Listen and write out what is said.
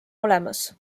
olemas